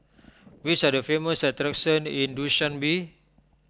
which are the famous attractions in Dushanbe